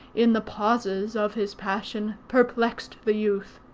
in the pauses of his passion, perplexed the youth.